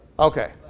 Okay